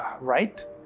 right